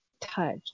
touch